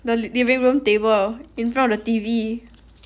the living room table in front of the T_V